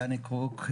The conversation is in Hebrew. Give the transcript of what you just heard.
דני קרוק,